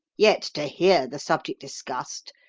yet to hear the subject discussed,